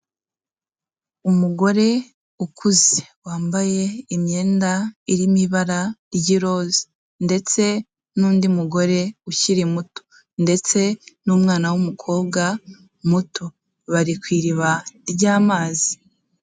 Umugore ukuze wambaye imyenda irimo ibara ry'iroza ndetse n'undi mugore ukiri muto ndetse n'umwana w'umukobwa muto, bari ku iriba ry'amazi.